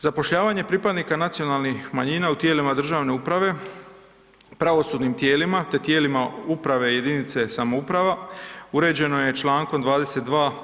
Zapošljavanje pripadnika nacionalnih manjina u tijelima državne uprave, pravosudnim tijelima te tijelima uprave jedinice samouprava, uređeno je čl. 22.